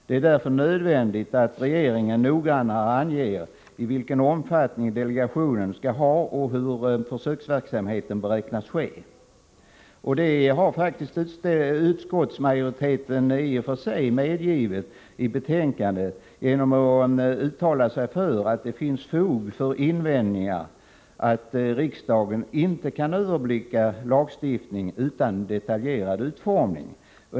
Det är därför nödvändigt att regeringen noggrannare anger, vilken omfattning delegationen skall ha och hur försöksverksamheten beräknas ske. Detta har faktiskt utskottsmajoriteten medgivit i betänkandet genom att uttala att det finns fog för invändningar att riksdagen inte kan överblicka lagstiftning utan detaljerad utformning.